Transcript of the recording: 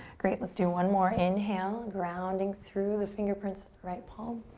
great, let's do one more. inhale, grounding through the fingerprints, right palm.